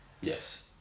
Yes